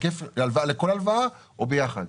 לכל הלוואה או ביחד?